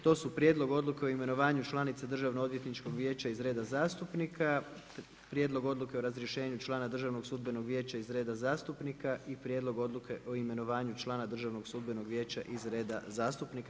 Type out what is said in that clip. To su Prijedlog odluke o imenovanju članice Državnog odvjetničkog vijeća iz reda zastupnika, Prijedlog odluke o razrješenju člana Državnog sudbenog vijeća iz reda zastupnika i Prijedlog odluke o imenovanju člana Državnog sudbenog vijeća iz reda zastupnika.